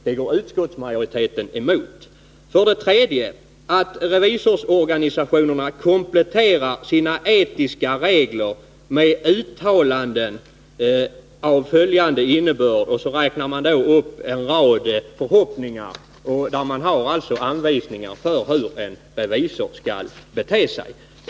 Det går utskottsmajoriteten emot. För det tredje att revisorsorganisationerna kompletterar sina etiska regler med uttalanden av en viss innebörd — man räknar upp en rad förhoppningar som avser anvisningar för hur en revisor skall bete sig.